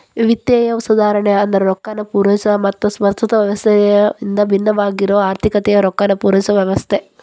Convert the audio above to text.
ವಿತ್ತೇಯ ಸುಧಾರಣೆ ಅಂದ್ರ ರೊಕ್ಕಾನ ಪೂರೈಸೊ ಮತ್ತ ಪ್ರಸ್ತುತ ವ್ಯವಸ್ಥೆಯಿಂದ ಭಿನ್ನವಾಗಿರೊ ಆರ್ಥಿಕತೆಗೆ ರೊಕ್ಕಾನ ಪೂರೈಸೊ ವ್ಯವಸ್ಥೆ